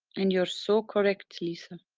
and you're so correct lisa.